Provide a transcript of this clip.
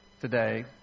today